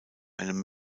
einem